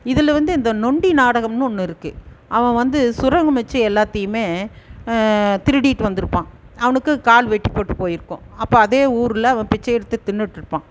இதில் வந்து இந்த நொண்டி நாடகம்ன்னு ஒன்று இருக்குது அவன் வந்து சுரங்கம் வைச்சு எல்லாத்தையுமே திருடிகிட்டு வந்திருப்பான் அவனுக்கு கால் வெட்டுப்பட்டு போயிருக்கும் அப்போது அதே ஊரில் அவன் பிச்சை எடுத்து தின்றுட்டு இருப்பான்